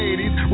80s